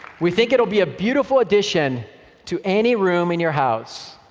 we think it will be a beautiful addition to any room in your house.